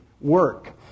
work